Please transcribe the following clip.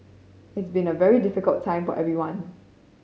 it's been a very difficult time for everyone